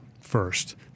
first